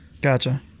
Gotcha